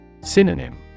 Synonym